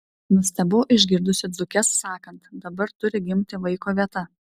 nustebau išgirdusi dzūkes sakant dabar turi gimti vaiko vieta